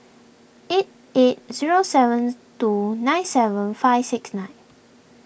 eight eight zero sevens two nine seven five six nine